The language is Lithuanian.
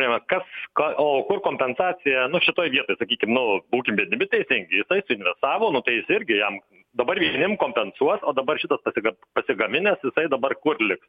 neima kas o kur kompensacija nu šitoj vietoj sakykim nu būkim biedni bet teisingi jisai suinvestavo nu tai jis irgi jam dabar vieniem kompensuos o dabar šitas pasiga pasigaminęs tai dabar kur liks